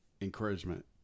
encouragement